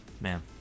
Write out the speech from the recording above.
man